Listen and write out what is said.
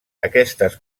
aquestes